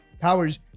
powers